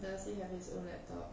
does he have his own laptop